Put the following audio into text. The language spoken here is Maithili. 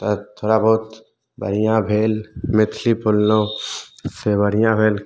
तब थोड़ा बहुत बढ़िआँ भेल मैथली बोललहुँ से बढ़िआँ भेल